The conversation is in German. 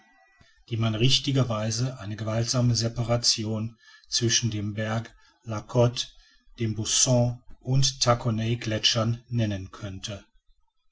die man richtiger eine gewaltsame separation zwischen dem berge la cte den bossons und tacconay gletschern nennen könnte